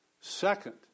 Second